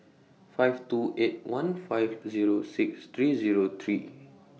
five two eight one five zerp six three Zero three